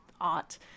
art